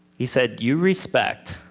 he said, you respect,